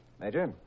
Major